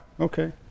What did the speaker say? Okay